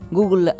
Google